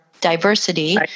diversity